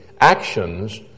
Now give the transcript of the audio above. actions